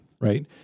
right